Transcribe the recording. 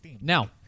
now